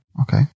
Okay